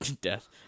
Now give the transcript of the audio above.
death